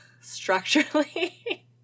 structurally